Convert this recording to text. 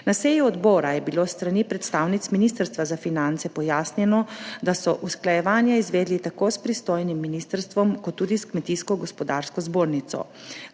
Na seji odbora je bilo s strani predstavnic Ministrstva za finance pojasnjeno, da so usklajevanja izvedli tako s pristojnim ministrstvom kot tudi s Kmetijsko gozdarsko zbornico.